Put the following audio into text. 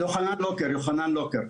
יוחנן לוקר.